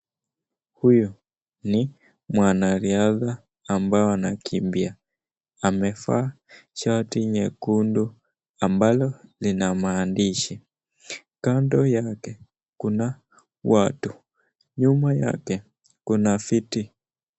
Huyu ni mwanariadha ambayo wanakimbia, wamevaa shati nyekundu ambalo lina maandishi. Kando yake kuna watu. Nyuma yake kuna viti.